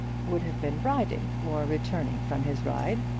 would have been riding, or returning from his ride.